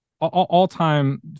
all-time